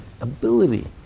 ability